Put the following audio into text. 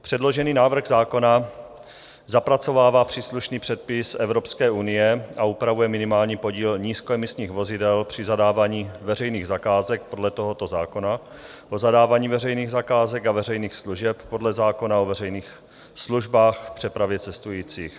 Předložený návrh zákona zapracovává příslušný předpis Evropské unie a upravuje minimální podíl nízkoemisních vozidel při zadávání veřejných zakázek podle zákona o zadávání veřejných zakázek a veřejných služeb podle zákona o veřejných službách v přepravě cestujících.